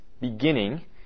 beginning